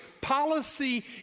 policy